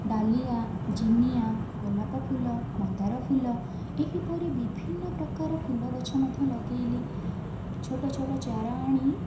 ଡାଲିଆ zinnia ଗୋଲାପ ଫୁଲ ମନ୍ଦାର ଫୁଲ ଏହିପରି ବିଭିନ୍ନ ପ୍ରକାର ଫୁଲ ଗଛ ମଧ୍ୟ ଲଗାଇଲି ଛୋଟଛୋଟ ଚାର ଆଣି